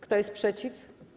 Kto jest przeciw?